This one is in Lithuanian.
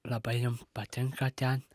labai jum patinka ten